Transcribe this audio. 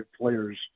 players